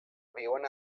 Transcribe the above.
viuen